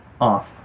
off